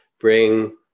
bring